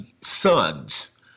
sons